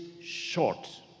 short